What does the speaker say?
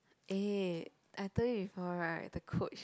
eh I told you before right the coach